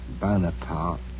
Bonaparte